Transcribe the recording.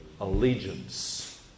Allegiance